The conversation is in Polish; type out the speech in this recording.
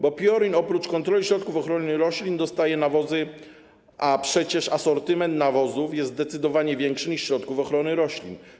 Bo PIORiN oprócz kontroli środków ochrony roślin dostaje kontrolę nawozów, a przecież asortyment nawozów jest zdecydowanie większy niż środków ochrony roślin.